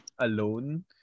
alone